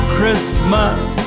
Christmas